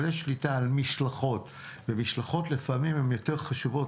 אבל יש שליטה על משלחות ומשלחות לפעמים הן יותר חשובות